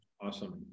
Awesome